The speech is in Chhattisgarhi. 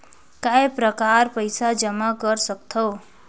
काय प्रकार पईसा जमा कर सकथव?